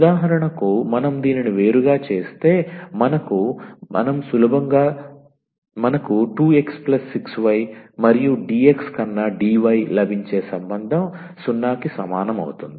ఉదాహరణకు మనం దీనిని వేరుగా చేస్తే మనకు 2 x 6 y మరియు dx కన్నా dy లభించే సంబంధం 0 కి సమానం అవుతుంది